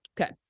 Okay